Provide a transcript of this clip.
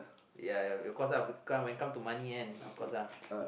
ya ya of course uh when come when come to money and of course